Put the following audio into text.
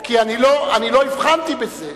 או כי אני לא הבחנתי בזה.